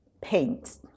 paint